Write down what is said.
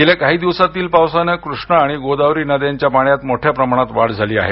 गेल्या काही दिवसातील पावसानं कृष्णा आणि गोदावरी नद्यांच्या पाण्यात मोठ्या प्रमाणात वाढ झाली आहे